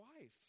wife